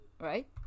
right